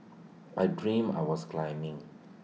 I dreamt I was climbing